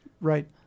right